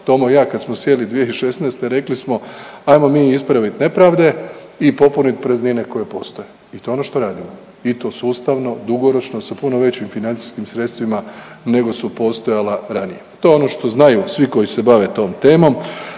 Tomo i ja kad smo sjeli 2016. rekli smo ajmo mi ispravit nepravde i popunit praznine koje postoje i to je ono što radimo i to sustavno, dugoročno, sa puno većim financijskim sredstvima nego su postojala ranije. To je ono što znaju svi koji se bave tom temom.